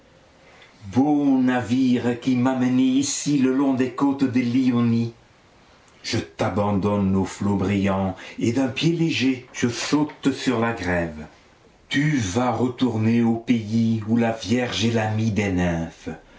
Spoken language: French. navire qui m'as menée ici le long des côtes de l'ionie je t'abandonne aux flots brillants et d'un pied léger je saute sur la grève tu vas retourner au pays où la vierge est l'amie des